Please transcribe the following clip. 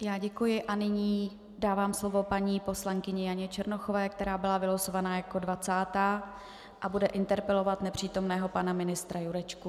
Já děkuji a nyní dávám slovo paní poslankyni Janě Černochové, která byla vylosována jako dvacátá a bude interpelovat nepřítomného pana ministra Jurečku.